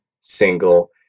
single